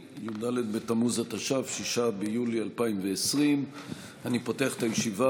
6 ביולי 2020. אני פותח את הישיבה.